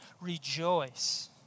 rejoice